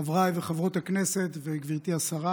חברי וחברות הכנסת וגברתי השרה,